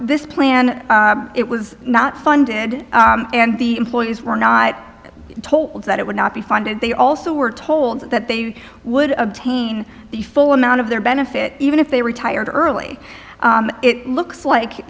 this plan it was not funded and the employees were not told that it would not be funded they also were told that they would obtain the full amount of their benefit even if they retired early it looks like